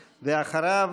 ואחריו,